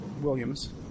Williams